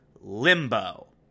Limbo